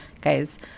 Guys